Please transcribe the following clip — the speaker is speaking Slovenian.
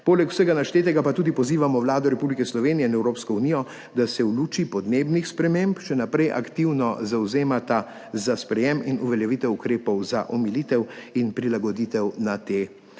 Poleg vsega naštetega pa pozivamo tudi Vlado Republike Slovenije in Evropsko unijo, da se v luči podnebnih sprememb še naprej aktivno zavzemata za sprejetje in uveljavitev ukrepov za omilitev in prilagoditev na te